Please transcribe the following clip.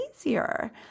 easier